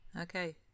Okay